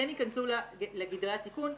ייכנסו לגדרי התיקון,